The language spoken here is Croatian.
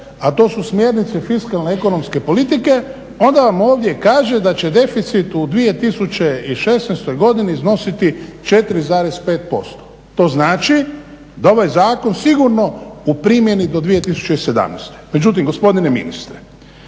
a to su smjernice fiskalne ekonomske politike onda vam ovdje kaže da će deficit u 2016.godini iznositi 4,5%. To znači da ovaj zakon sigurno u primjeni do 2017. Međutim gospodine ministre